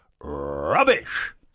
rubbish